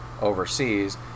overseas